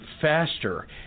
faster